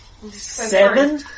Seven